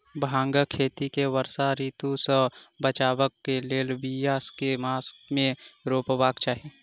भांगक खेती केँ वर्षा ऋतु सऽ बचेबाक कऽ लेल, बिया केँ मास मे रोपबाक चाहि?